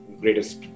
greatest